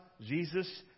Jesus